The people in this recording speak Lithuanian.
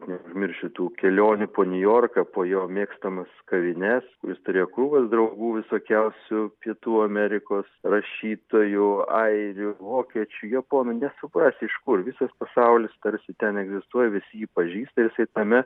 neužmiršiu tų kelionių po niujorką po jo mėgstamas kavines kur jis prie krūvos draugų visokiausių pietų amerikos rašytojų airių vokiečių japonų nesuprasi iš kur visas pasaulis tarsi ten egzistuoja visi jį pažįsta ir jisai tame